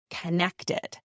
connected